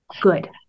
good